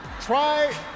try